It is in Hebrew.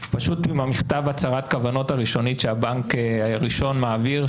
פשוט עם מכתב הצהרת הכוונות הראשונית שהבנק הראשון מעביר,